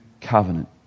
covenant